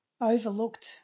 overlooked